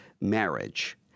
marriage